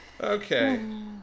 Okay